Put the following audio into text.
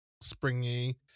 springy